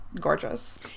gorgeous